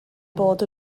bod